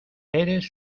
eres